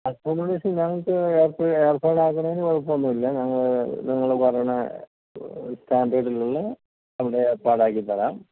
accommodation ഞങ്ങൾക്ക് ഏർപ്പ് ഏർപ്പാടാക്കണേന് കുഴപ്പമൊന്നുവില്ല ഞങ്ങൾ നിങ്ങൾ പറയണ സ്റ്റാൻഡേർഡിലുള്ള അവിടെ ഏർപ്പാടാക്കിത്തരാം